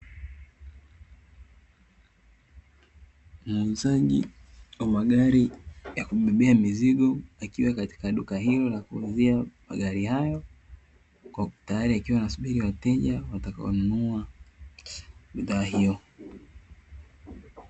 Muuzaji wa magari ya kubebea mizigo, akiwa katika duka hilo la kuuzia magari hayo, huku yakiwa tayari yanasubili wateja watakao nunua bidhaa hiyo.